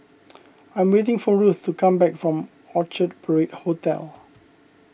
I am waiting for Ruth to come back from Orchard Parade Hotel